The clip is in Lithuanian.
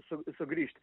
su sugrįžt